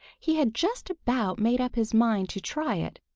he had just about made up his mind to try it,